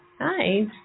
Hi